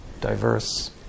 diverse